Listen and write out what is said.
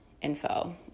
Info